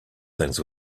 things